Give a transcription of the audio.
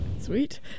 Sweet